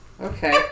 Okay